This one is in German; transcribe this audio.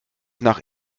nach